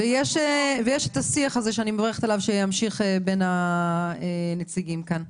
ויש את השיח הזה שאני מברכת עליו שימשיך בין הנציגים כאן.